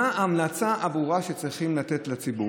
מה ההמלצה הברורה שצריכים לתת לציבור?